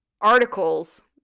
articles